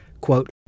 quote